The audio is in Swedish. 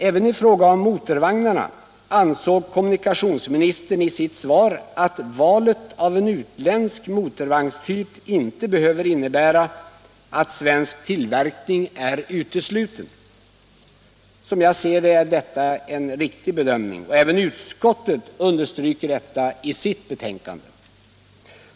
Även i fråga om motorvagnarna ansåg kommunikationsministern i sitt svar att valet av en utländsk motorvagnstyp inte behöver innebära att svensk tillverkning är utesluten. Som jag ser det är detta en riktig bedömning. Även utskottet understryker detta i sitt betänkande.